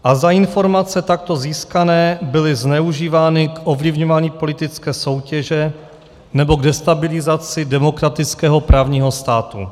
Za třetí zda informace takto získané byly zneužívány k ovlivňování politické soutěže nebo k destabilizaci demokratického právního státu.